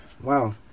Wow